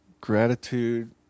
gratitude